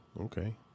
okay